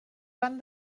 van